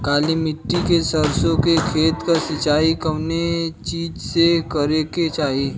काली मिट्टी के सरसों के खेत क सिंचाई कवने चीज़से करेके चाही?